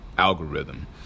algorithm